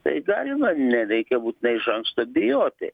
tai galima nereikia būtinai iš anksto bijoti